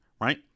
Right